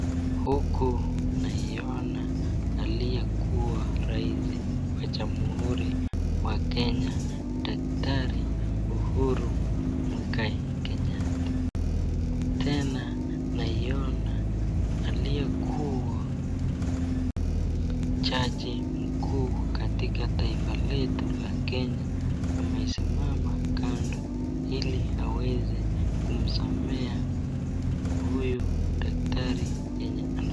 Huku naiona aliyekuwa rais wa jamhuri wa kenya daktari Uhuru Muigai Kenyatta .tena naiona aliyekuwa jaji mkuu katika taifa letu la kenya amesimama kando ili aweze kumsomea huyu daktari chenye ana